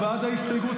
הוא בעד ההסתייגות,